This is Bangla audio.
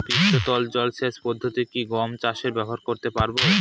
পৃষ্ঠতল জলসেচ পদ্ধতি কি গম চাষে ব্যবহার করতে পারব?